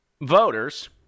voters